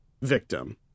victim